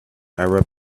arab